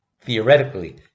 theoretically